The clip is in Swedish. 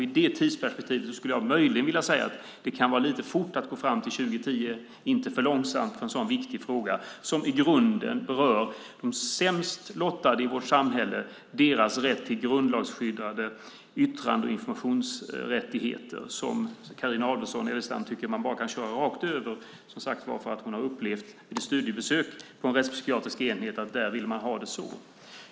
I det tidsperspektivet skulle jag möjligen vilja säga att det kan vara lite för snabbt att gå fram med detta till 2010, inte för långsamt, för en så viktig fråga som i grunden berör de sämst lottade i vårt samhälle och deras rätt till grundlagsskyddade yttrande och informationsrättigheter, som Carina Adolfsson Elgestam tycker att man bara kan köra rakt över eftersom hon har upplevt under ett studiebesök på en rättspsykiatrisk enhet att man vill ha det så där.